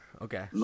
Okay